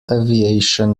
aviation